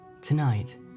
Tonight